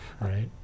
right